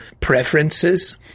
preferences